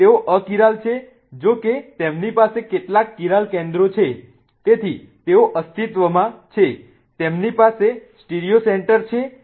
તેઓ અકિરાલ છે જો કે તેમની પાસે કેટલાક કિરાલ કેન્દ્રો છે તેથી તેઓ અસ્તિત્વમાં છે તેમની પાસે સ્ટીરિયો સેન્ટર છે